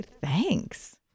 thanks